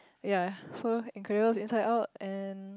ya so Incredibles Inside-Out and